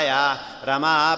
Rama